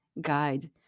guide